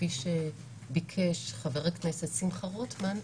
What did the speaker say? כפי שביקש חבר הכנסת שמחה רוטמן,